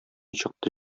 чыкты